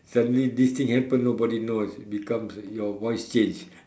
suddenly this thing happen nobody knows becomes your voice change